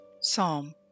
Psalm